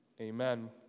Amen